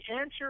answer